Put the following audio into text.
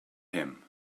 him